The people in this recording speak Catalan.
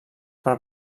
per